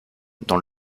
dans